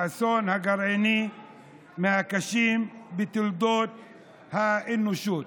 אסון גרעיני מהקשים בתולדות האנושות.